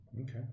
Okay